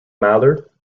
mallard